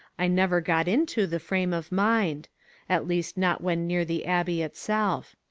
i never got into the frame of mind at least not when near the abbey itself.